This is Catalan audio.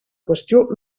qüestió